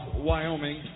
Wyoming